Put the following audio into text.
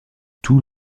tout